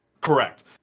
Correct